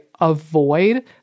avoid